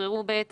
וישחררו את